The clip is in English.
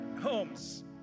homes